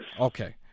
Okay